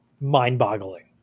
mind-boggling